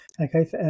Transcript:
Okay